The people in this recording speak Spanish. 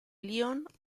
lyon